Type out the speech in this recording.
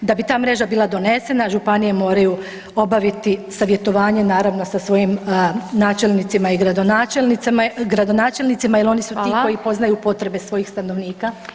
Da bi ta mreža bila donesena županije moraju obaviti savjetovanje naravno sa svojim načelnicima i gradonačelnicima, jer oni su ti koji poznaju potrebe svojih stanovnika.